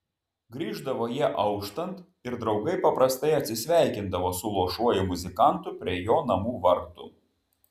grįždavo jie auštant ir draugai paprastai atsisveikindavo su luošuoju muzikantu prie jo namų vartų